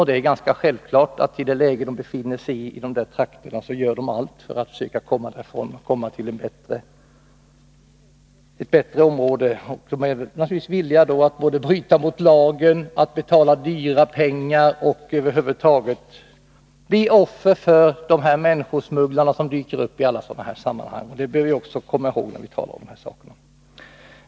Det är ganska självklart att de, i det läge som de i dessa trakter befinner sig i, gör allt för att försöka komma därifrån till ett bättre område. De är naturligtvis villiga att både bryta mot lagen och att betala dyra pengar och därmed bli offer för de människosmugglare som dyker upp i alla sådana här sammanhang. Det bör vi också komma ihåg när vi talar om de här sakerna.